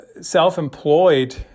self-employed